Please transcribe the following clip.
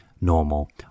normal